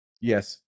yes